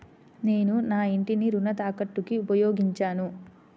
నేను నా ఇంటిని రుణ తాకట్టుకి ఉపయోగించాను